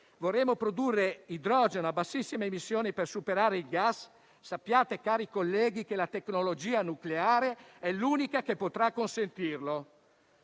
vorremo produrre idrogeno a bassissime emissioni per superare il gas, sappiate - cari colleghi - che la tecnologia nucleare è l'unica che potrà consentirlo.